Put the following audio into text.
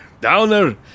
Downer